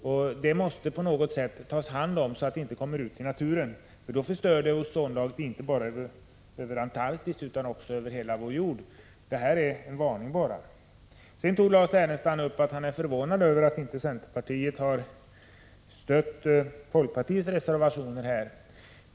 Dessa måste tas om hand på något sätt så att de inte kommer ut i naturen. Då förstör de ozonlagret inte bara över Antarktis utan också över hela vår jord. Detta är bara en varning. Lars Ernestam var förvånad över att inte centerpartiet har stött folkpartiets reservationer.